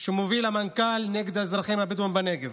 שמוביל המנכ"ל נגד האזרחים הבדואים בנגב.